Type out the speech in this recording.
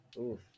Oof